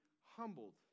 humbled